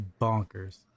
bonkers